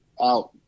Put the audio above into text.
out